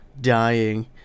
dying